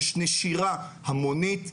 יש נשירה המונית,